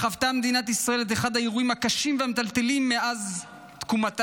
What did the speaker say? שבה חוותה מדינת ישראל את אחד האירועים הקשים והמטלטלים מאז תקומתה.